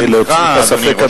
כדי להוציא את הספק,